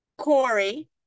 Corey